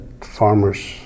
farmers